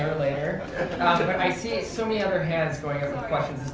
later? but i see so many other hands going up with questions.